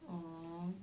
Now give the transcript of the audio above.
orh